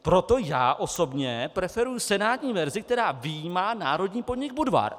Proto já osobně preferuji senátní verzi, která vyjímá národní podnik Budvar.